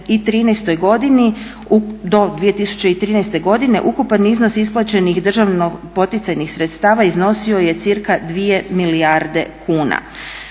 do 2013. godine ukupan iznos isplaćenih državno poticajnih sredstava iznosio je cirka 2 milijarde kuna.